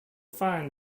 find